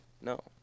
No